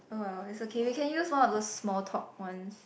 oh well it's okay we can use one of those small talk ones